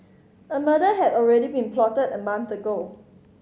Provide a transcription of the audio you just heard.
a murder had already been plotted a month ago